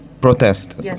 protest